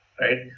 right